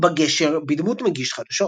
בגשר בדמות מגיש חדשות.